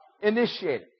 initiated